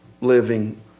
living